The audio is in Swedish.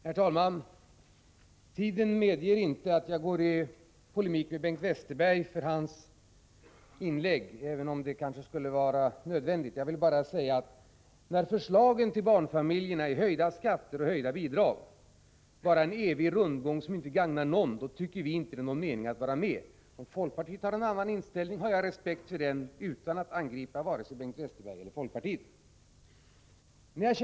Herr talman! Tiden medger inte att jag går i polemik med Bengt Westerberg, även om det kanske skulle vara nödvändigt. Jag vill bara säga att när förslagen för att förbättra barnfamiljernas ekonomi är höjda skatter och höjda bidrag och det blir en evig rundgång som inte gagnar någon, tycker vi inte att det är någon mening att vara med. Om folkpartiet har en annan inställning har jag respekt för den utan att angripa vare sig Bengt Westerberg eller folkpartiet.